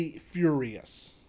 furious